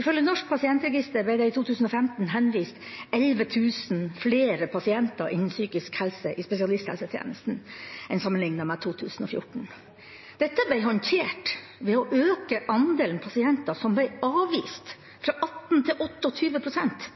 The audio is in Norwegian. Ifølge Norsk pasientregister ble det i 2015 henvist 11 000 flere pasienter innen psykisk helse i spesialisthelsetjenesten sammenlignet med 2014. Dette ble håndtert ved å øke andelen pasienter som ble avvist, fra 18 pst. til 28 pst.,